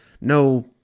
no